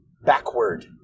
backward